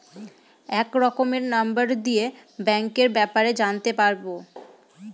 এক রকমের নম্বর দিয়ে ব্যাঙ্কের ব্যাপারে জানতে পারবো